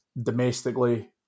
domestically